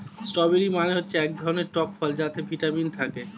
strawberry মানে হচ্ছে এক ধরনের টক ফল যাতে ভিটামিন থাকে